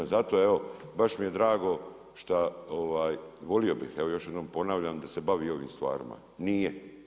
Zato evo, baš mi je drago šta volio bih, evo još jednom ponavljam, da se bavi ovim stvarima, nije.